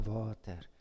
water